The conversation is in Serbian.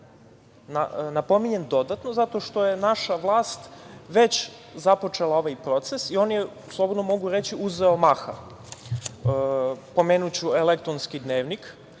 Napominjem dodatno, zato što je naša vlast već započela ovaj proces i on je, slobodno mogu reći, uzeo maha. Pomenuću elektronski dnevnik.